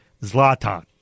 Zlatan